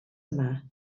yma